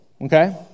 Okay